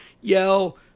Yell